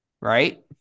right